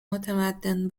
متمدن